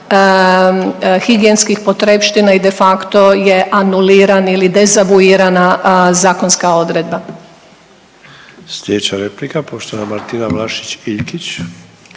higijenskih potrepština i de facto je anuliran ili dezavuirana zakonska odredba. **Sanader, Ante (HDZ)** Slijedeća replika poštovana Martina Vlašić Iljkić.